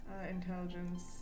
Intelligence